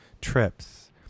trips